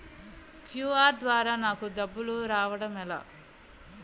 QR ద్వారా నాకు డబ్బులు రావడం ఎలా?